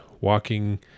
walking